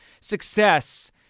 success